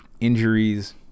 injuries